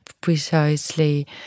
precisely